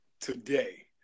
today